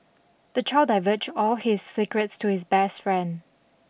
the child divulged all his secrets to his best friend